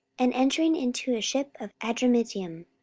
and entering into a ship of adramyttium,